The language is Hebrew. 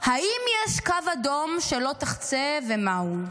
האם יש קו אדום שלא תחצה, ומהו?